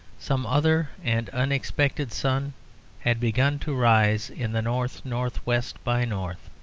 some other and unexpected sun had begun to rise in the north-north-west by north.